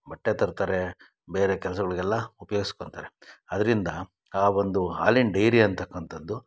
ಬಟ್ಟೆ ತರ್ತಾರೆ ಬೇರೆ ಕೆಲಸಗಳಿಗೆಲ್ಲ ಉಪ್ಯೋಗ್ಸ್ಕೊತಾರೆ ಅದರಿಂದ ಆ ಒಂದು ಹಾಲಿನ ಡೈರಿ ಅನ್ತಕ್ಕಂಥದ್ದು